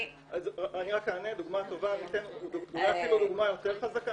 אני אתן אפילו דוגמה יותר חזקה.